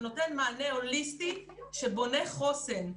ונותן מענה הוליסטי שבונה חוסן.